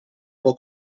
può